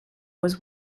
was